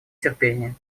терпение